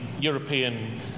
European